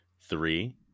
Three